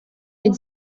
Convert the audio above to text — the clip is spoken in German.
mit